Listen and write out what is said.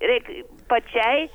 reik pačiai